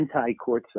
anti-courtside